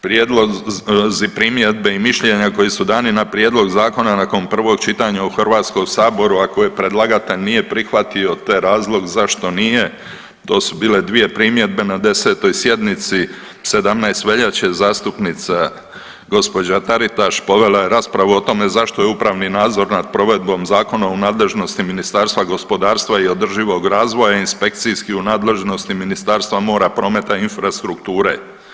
Prijedlozi, primjedbe i mišljenja koja su dani na prijedlog zakona nakon prvog čitanja u HS-u, a koji predlagatelj nije prihvatio te razlog zašto nije, to su bile dvije primjedbe na 10. sjednici 17. veljače, zastupnica gđa. Taritaš povela je raspravu o tome zašto je upravni nadzor nad provedbom zakona u nadležnosti Ministarstva gospodarstva i održivoga razvoja, inspekcijski u nadležnosti Ministarstva mora, prometa i infrastrukture.